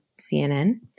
CNN